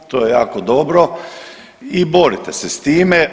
To je jako dobro i borite se s time.